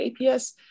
APS